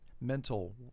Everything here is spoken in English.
mental